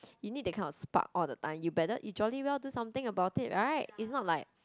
you need that kind of spark all the time you better you jolly well do something about it right is not like